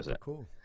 cool